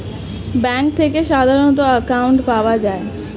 bank থেকে সাধারণ account পাওয়া যায়